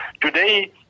Today